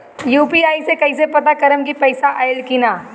UPI से कईसे पता करेम की पैसा आइल की ना?